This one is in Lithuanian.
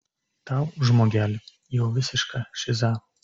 tau žmogeli jau visiška šiza